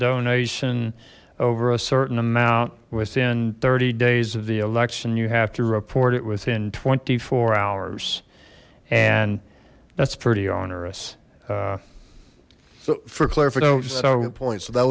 donation over a certain amount within thirty days of the election you have to report it within twenty four hours and that's pretty onerous